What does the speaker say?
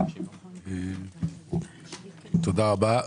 תודה רבה.